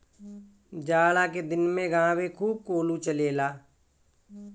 जाड़ा के दिन में गांवे खूब कोल्हू चलेला